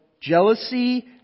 jealousy